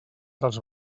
dels